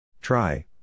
Try